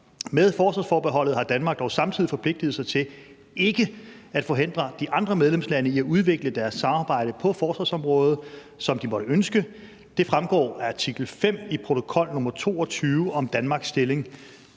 Med forsvarsforbeholdet har Danmark dog samtidig forpligtet sig til ikke at forhindre de andre medlemslande i at udvikle deres samarbejde på forsvarsområdet, som de måtte ønske. Det fremgår af artikel 5 i protokol nr. 22 om Danmarks stilling.